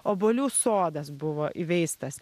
obuolių sodas buvo įveistas